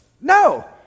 No